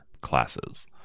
classes